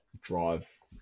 drive